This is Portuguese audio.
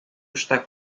está